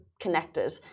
connected